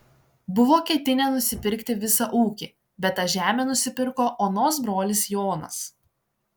buvo ketinę nusipirkti visą ūkį bet tą žemę nusipirko onos brolis jonas